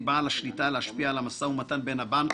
מבעל השיטה להשפיע על המשא ומתן בין הבנק